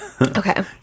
Okay